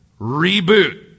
reboot